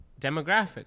demographic